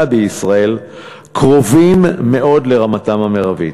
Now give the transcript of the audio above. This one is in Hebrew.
בישראל קרובים מאוד לרמתם המרבית.